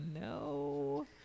no